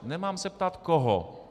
Nemám se ptát koho.